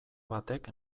batek